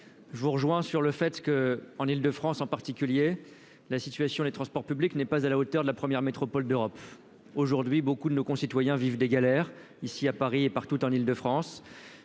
je vous rejoins sur le fait que, en Île-de-France, en particulier la situation, les transports publics n'est pas à la hauteur de la première métropole d'Europe aujourd'hui, beaucoup de nos concitoyens vivent des galères, ici à Paris et partout en Île-de-France